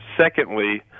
Secondly